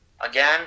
again